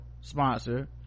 sponsor